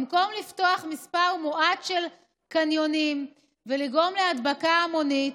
במקום לפתוח מספר מועט של קניונים ולגרום להדבקה המונית,